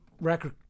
record